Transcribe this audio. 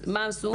מה עשו?